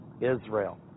Israel